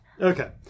Okay